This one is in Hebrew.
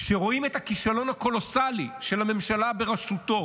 כשרואים את הכישלון הקולוסלי של הממשלה בראשותו